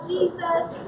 Jesus